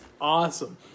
awesome